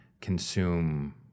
consume